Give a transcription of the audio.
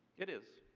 it is.